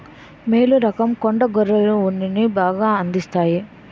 మేలు రకం కొండ గొర్రెలు ఉన్నిని బాగా అందిస్తాయి